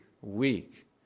Weak